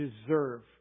deserve